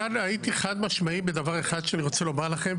כאן הייתי חד משמעי בדבר אחד שאני רוצה לומר לכם,